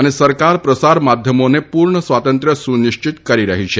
અને સરકાર પ્રસાર માધ્યમોને પૂર્ણ સ્વાતંત્ર્ય સુનિશ્ચિત કરી રહી છે